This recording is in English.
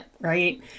Right